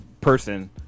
person